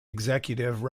executive